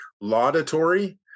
laudatory